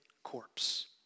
Corpse